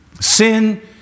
Sin